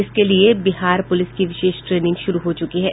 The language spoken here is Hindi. इसके लिए बिहार पुलिस की विशेष ट्रेनिंग शुरू हो चुकी है